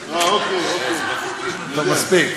מספיק.